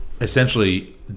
essentially